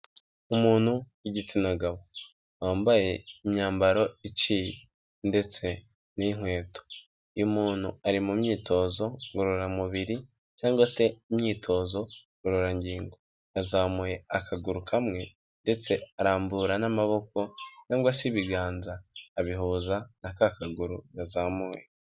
Umuntu w'igitsina gabo wambaye imyambaro iciye ndetse n'inkweto, uyu muntu ari mu myitozo ngororamubiri cyangwa se imyitozo ngororangingo yazamuye akaguru kamwe ndetse arambura n'amaboko nangwa se ibiganza abihuza na ka kaguru yazamuye.